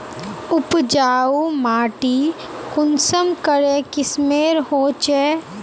उपजाऊ माटी कुंसम करे किस्मेर होचए?